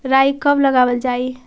राई कब लगावल जाई?